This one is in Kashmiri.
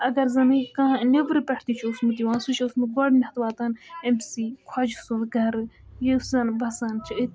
اگر زَنہٕ کانٛہہ نیٚبرٕ پٮ۪ٹھ تہِ چھُ اوسمُت یِوان سُہ چھُ اوسمُت گۄڈٕنٮ۪تھ واتان أمۍ سٕے خۄجہِ سُنٛد گَرٕ یُس زَن بَسان چھِ أتۍتھٕے